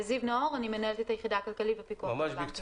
אני מנהלת את היחידה הכלכלית בפיקוח על הבנקים.